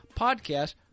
podcast